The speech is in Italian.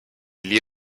gli